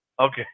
Okay